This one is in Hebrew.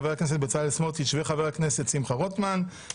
חבר הכנסת בצלאל סמוטריץ' וחבר הכנסת שמחה רוטמן,